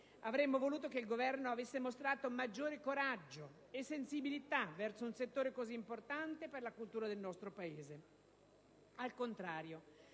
avremmo voluto che il Governo avesse mostrato maggiore coraggio e sensibilità verso un settore così importante per la cultura del nostro Paese. Al contrario,